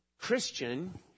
Christian